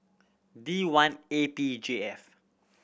D one A P J F